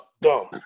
Dumb